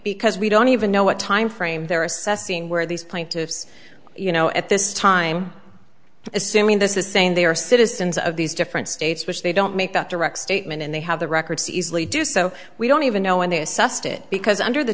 because we don't even know what time frame they're assessing where these plaintiffs you know at this time assuming this is saying they are citizens of these different states which they don't make that direct statement and they have the records easily do so we don't even know when they assessed it because under the